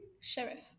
Sheriff